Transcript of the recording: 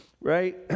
right